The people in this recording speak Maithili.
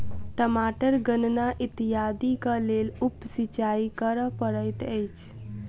टमाटर गन्ना इत्यादिक लेल उप सिचाई करअ पड़ैत अछि